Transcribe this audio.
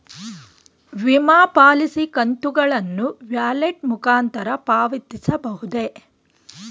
ವಿಮಾ ಪಾಲಿಸಿ ಕಂತುಗಳನ್ನು ವ್ಯಾಲೆಟ್ ಮುಖಾಂತರ ಪಾವತಿಸಬಹುದೇ?